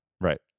Right